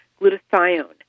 glutathione